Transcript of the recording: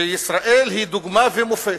שישראל היא דוגמה ומופת.